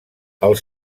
els